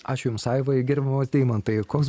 aš jums aivai gerbiamas deimantai koks